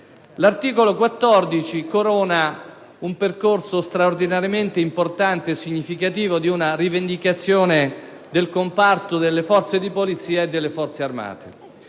L'articolo 14 corona il percorso straordinariamente importante e significativo di una rivendicazione avanzata dal comparto delle forze di polizia e delle Forze armate.